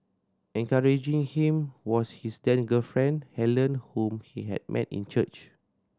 encouraging him was his then girlfriend Helen whom he had met in church